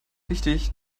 wichtig